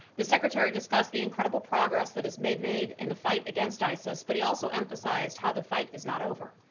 the secretary discussed the incredible progress that has been made in the fight against isis, but he also emphasized how the fight is not over.